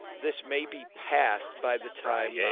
this may be passed by the time. yeah